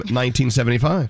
1975